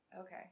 Okay